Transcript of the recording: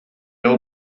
old